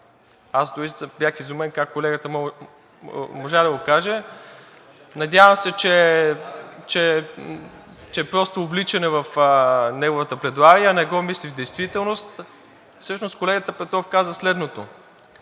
аз дори бях изумен как колегата можа да го каже, надявам се, че просто е увличане в неговата пледоария, не го мисли в действителност. Всъщност колегата Петров каза следното.